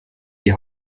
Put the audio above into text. die